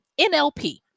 NLP